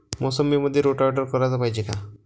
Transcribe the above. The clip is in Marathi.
मोसंबीमंदी रोटावेटर कराच पायजे का?